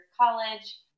college